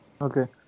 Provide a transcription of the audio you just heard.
okay